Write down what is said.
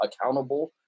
accountable